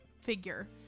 figure